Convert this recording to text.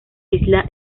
isla